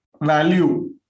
Value